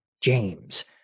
James